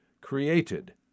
created